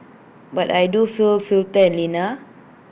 but I do feel fitter and leaner